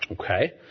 Okay